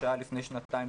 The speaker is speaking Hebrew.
שהיה לפני שנתיים,